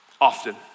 Often